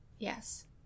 Yes